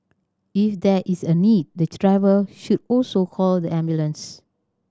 if there is a need the driver should also call the ambulance